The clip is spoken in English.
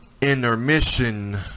intermission